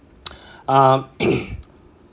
um